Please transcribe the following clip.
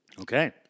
Okay